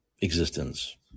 existence